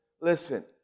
Listen